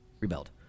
Rebelled